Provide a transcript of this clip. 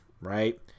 right